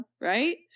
right